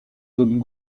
zones